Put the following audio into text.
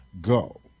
Go